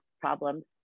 problems